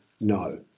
no